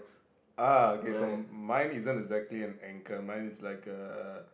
ah okay so mine isn't exactly an anchor mine is like a